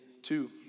Two